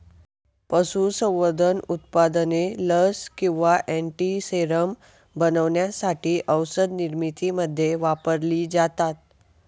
पशुसंवर्धन उत्पादने लस किंवा अँटीसेरम बनवण्यासाठी औषधनिर्मितीमध्ये वापरलेली जातात